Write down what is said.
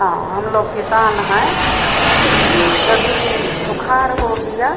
हाँ हमलोग किसान हैं यदि सुखाड़ हो गया